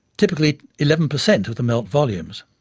typically eleven percent of the melt volumes.